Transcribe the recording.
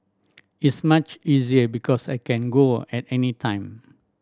is much easier because I can go at any time